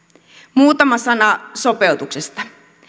muutama sana sopeutuksesta